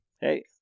Hey